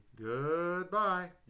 Goodbye